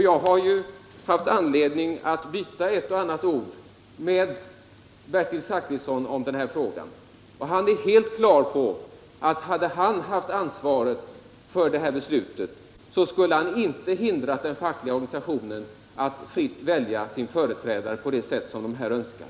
Jag har haft anledning att byta ett och annat ord med Bertil Zachrisson i den här frågan. Han är helt på det klara med att hade han haft ansvaret för det här beslutet, skulle han inte ha hindrat den fackliga organisationen att fritt välja sin företrädare på det sätt som den önskar.